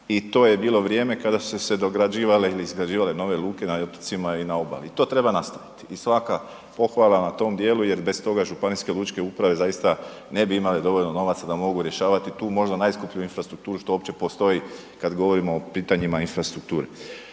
i to je bilo vrijeme kada su se dograđivale ili izgrađivale nove luke na otocima i na obali. To treba nastaviti i svaka pohvala na tom dijelu jer bez toga županijske lučke uprave zaista ne bi imale dovoljno novaca da mogu rješavati tu možda najskuplju infrastrukturu što uopće postoji kad govorimo o pitanjima infrastrukture.